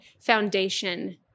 foundation